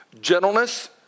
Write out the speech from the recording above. Gentleness